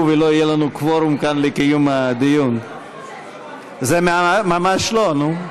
לא מכבד אותנו, זה ממש לא, נו,